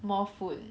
more food